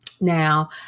Now